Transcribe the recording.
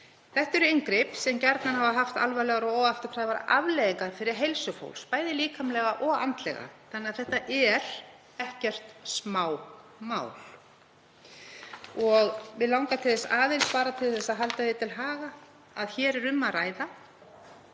Þetta eru inngrip sem gjarnan hafa haft alvarlegar og óafturkræfar afleiðingar fyrir heilsu fólks, bæði líkamlega og andlega. Þannig að þetta er ekkert smámál. Mig langar aðeins að nefna, bara til að halda því til haga, að hér er um að ræða